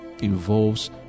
involves